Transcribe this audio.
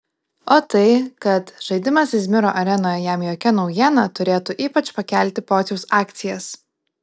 o tai kad žaidimas izmiro arenoje jam jokia naujiena turėtų ypač pakelti pociaus akcijas